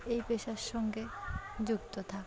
এই পেশার সঙ্গে যুক্ত থাক